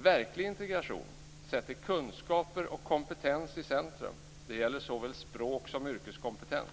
Verklig integration sätter kunskaper och kompetens i centrum. Det gäller såväl språk som yrkeskompetens.